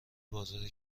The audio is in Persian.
بازار